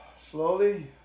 slowly